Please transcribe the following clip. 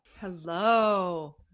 Hello